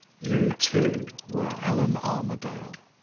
you, too, were allan armadale.